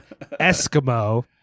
Eskimo